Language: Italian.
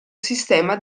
sistema